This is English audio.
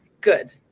Good